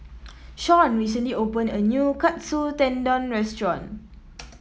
Sean recently open a new Katsu Tendon Restaurant